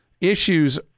issues